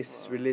!wow!